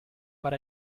but